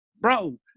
Bro